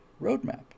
roadmap